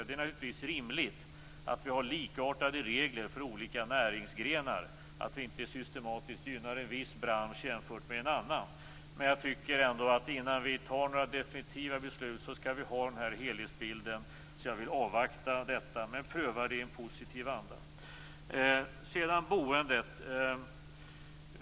Det är naturligtvis rimligt att vi har likartade regler för olika näringsgrenar och inte systematiskt gynnar en viss bransch jämfört med en annan. Men jag tycker ändå att innan vi fattar några definitiva beslut skall vi ha helhetsbilden. Jag vill avvakta med detta, men vi prövar det i en positiv anda. Sedan till boendet.